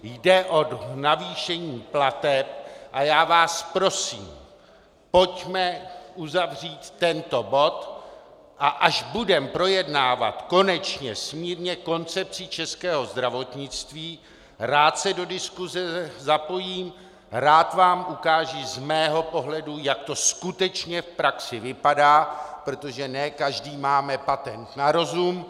Jde o navýšení plateb a já vás prosím, pojďme uzavřít tento bod, a až budeme projednávat konečně smírně koncepci českého zdravotnictví, rád se do diskuse zapojím, rád vám ukážu z mého pohledu, jak to skutečně v praxi vypadá, protože ne každý máme patent na rozum.